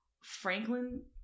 Franklin